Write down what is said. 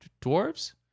dwarves